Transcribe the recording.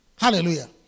Hallelujah